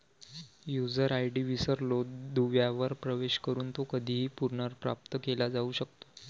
user ID विसरलो दुव्यावर प्रवेश करून तो कधीही पुनर्प्राप्त केला जाऊ शकतो